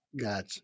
Gotcha